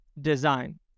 design